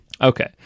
Okay